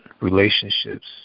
relationships